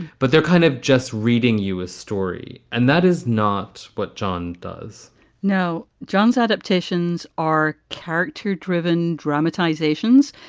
but they're kind of just reading you a story. and that is not what john does now, john's adaptations are character driven dramatisations.